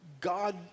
God